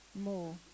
more